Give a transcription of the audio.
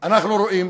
אנחנו רואים